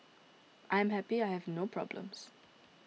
I am happy I have no problems